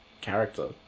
character